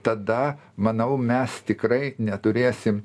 tada manau mes tikrai neturėsim